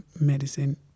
medicine